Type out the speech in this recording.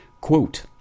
Quote